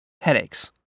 Headaches